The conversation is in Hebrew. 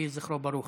יהי זכרו ברוך.